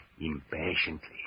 impatiently